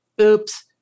Oops